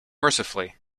mercifully